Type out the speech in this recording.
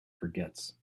forgets